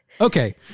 Okay